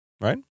right